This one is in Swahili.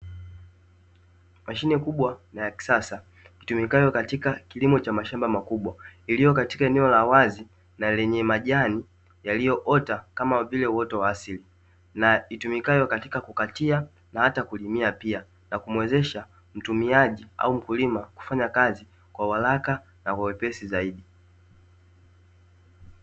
Mashine kubwa na ya kisasa itumikayo katika kilimo cha mashamba makubwa, iliyo katika eneo la wazi, na lenye majani yaliyoota kama vile uoto wa asili, na itumikayo katika kukatia, na hata kulimia pia. Na kumuwezesha mtumiaji au mkulima kufanya kazi kwa uharaka na kwa wepesi zaidi.